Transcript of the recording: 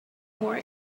more